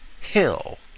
hill